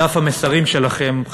בדף המסרים שלכם,